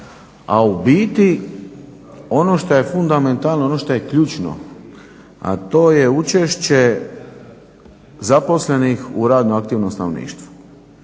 A u biti ono što je fundamentalno, ono što je ključno, a to je učešće zaposlenih u radno aktivnom stanovništvu